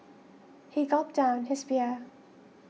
he gulped down his beer